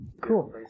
cool